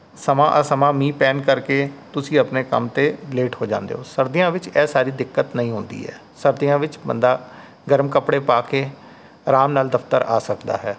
ਸਮਾਂ ਅਸਮਾਂ ਮੀਹ ਪੈਣ ਕਰਕੇ ਤੁਸੀਂ ਆਪਣੇ ਕੰਮ 'ਤੇ ਲੇਟ ਹੋ ਜਾਂਦੇ ਹੋ ਸਰਦੀਆਂ ਵਿੱਚ ਇਹ ਸਾਰੀ ਦਿੱਕਤ ਨਹੀਂ ਆਉਂਦੀ ਹੈ ਸਰਦੀਆਂ ਵਿੱਚ ਬੰਦਾ ਗਰਮ ਕੱਪੜੇ ਪਾ ਕੇ ਆਰਾਮ ਨਾਲ ਦਫ਼ਤਰ ਆ ਸਕਦਾ ਹੈ